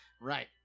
Right